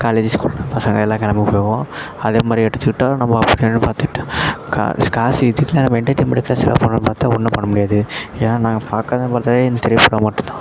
college school பசங்கள் எல்லாம் கிளம்பி வந்துடுவோம் அதேமாதிரியே எடுத்துக்கிட்டால் நம்ம அப்போ நேரம்னு பார்த்துட்டு காசு காசு இதுக்கெல்லாம் நம்ம எண்டர்டெயின்மெண்ட்டுக்கெல்லாம் செலவு பண்ணலான்னு பார்த்தா ஒன்றும் பண்ண முடியாது ஏன்னா நாங்கள் பாக்கிறதுன்னு பார்த்தாலே இந்த திரைப்படம் மட்டும் தான்